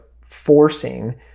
forcing